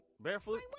barefoot